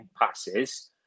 passes